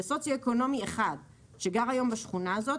הדבר הזה הוא מכת מוות לסוציו-אקונומי 1 שגר היום בשכונה הזו.